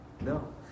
no